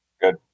Good